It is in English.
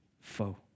foe